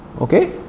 okay